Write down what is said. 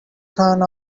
turn